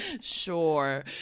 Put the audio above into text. sure